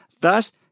thus